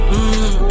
Mmm